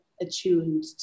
attuned